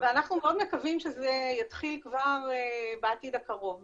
ואנחנו מאוד מקווים שזה יתחיל בעתיד הקרוב ביותר.